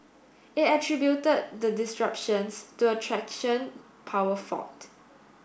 it attributed the disruptions to a traction power fault